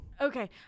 Okay